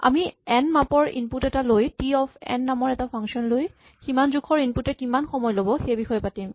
আমি এন মাপৰ ইনপুট এটা লৈ টি অফ এন নামৰ ফাংচন এটা লৈ সিমান জোখৰ ইনপুট এ কিমান সময় ল'ব সেইবিষয়ে পাতিম